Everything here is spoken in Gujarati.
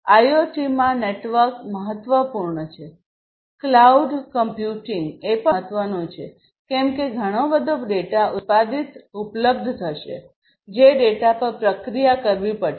આઇઓટીમાં નેટવર્ક મહત્વપૂર્ણ છેક્લાઉડ ક્લાઉડ કોમ્પ્યુટીંગ એ પણ મહત્વનું છે કેમ કે ઘણા બધા ડેટા ઉત્પાદિત ઉપલબ્ધ થશે જે ડેટા પર પ્રક્રિયા કરવી પડશે